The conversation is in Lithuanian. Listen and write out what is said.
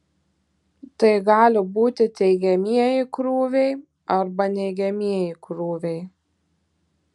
tai gali būti teigiamieji krūviai arba neigiamieji krūviai